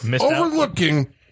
overlooking